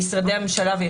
גופים ציבוריים?